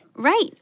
Right